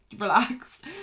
Relaxed